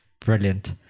Brilliant